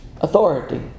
Authority